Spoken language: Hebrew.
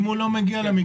אם הוא לא מגיע למגבלה,